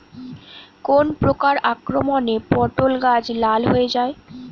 কোন প্রকার আক্রমণে পটল গাছ লাল হয়ে যায়?